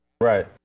Right